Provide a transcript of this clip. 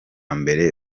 mbere